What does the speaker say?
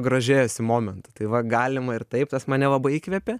grožėjosi momentu tai va galima ir taip tas mane labai įkvėpė